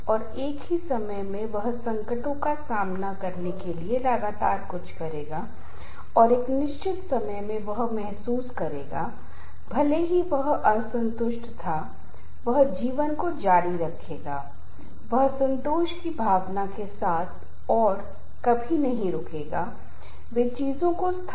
और तनाव के कारण कई अधिकारी मुद्दे की सत्यता की संपत्ति पर ध्यान केंद्रित नहीं करते हैं और दोषपूर्ण निर्णय लेते हैं और रिपोर्टिंग दाखिल या उत्पादन में तनाव के कारण कुछ इकाइयों में उच्च त्रुटियां होंगी और इसकी अधिक संभावना है